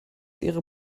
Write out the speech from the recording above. ihre